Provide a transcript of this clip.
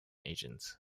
agents